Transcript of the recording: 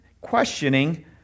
questioning